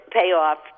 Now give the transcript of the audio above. payoff